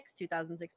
2006